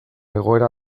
egoera